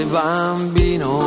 bambino